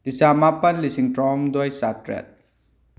ꯂꯤꯆꯥ ꯃꯥꯄꯟ ꯂꯤꯁꯤꯡ ꯇꯔꯥꯍꯨꯝꯗꯣꯏ ꯆꯥꯇ꯭ꯔꯦꯠ